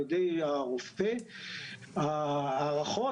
אנחנו הבאנו היום,